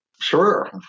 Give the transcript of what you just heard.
Sure